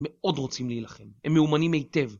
מאוד רוצים להילחם, הם מאומנים היטב